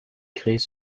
créées